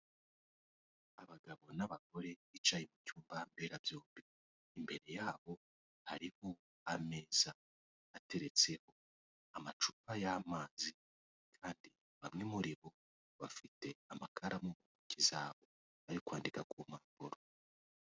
Abagabo n'abagore bicaye mu cyumba mberabyombi imbere yabo harimo ameza ateretse amacupa y'amazi kandi bamwe muri bo bafite amakara mu ntoki zabo bari kwandika ku mpapuro.